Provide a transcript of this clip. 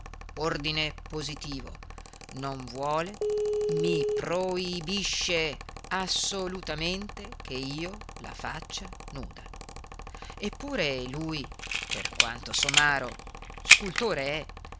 ordine positivo non vuole mi pro i bi sce assolutamente che io la faccia nuda eppure lui per quanto somaro scultore